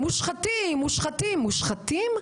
מושחתים, מושחתים.